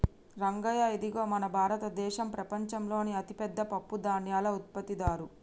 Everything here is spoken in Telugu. రంగయ్య ఇదిగో మన భారతదేసం ప్రపంచంలోనే అతిపెద్ద పప్పుధాన్యాల ఉత్పత్తిదారు